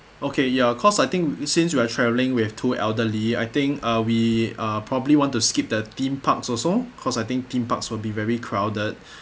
okay ya cause I think since we are travelling with two elderly I think uh we uh probably want to skip the theme parks also cause I think theme parks will be very crowded